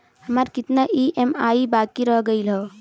हमार कितना ई ई.एम.आई बाकी रह गइल हौ?